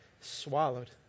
Swallowed